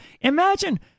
imagine